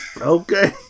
Okay